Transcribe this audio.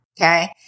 okay